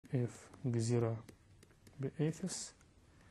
F גזירה ב-0